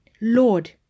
Lord